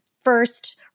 first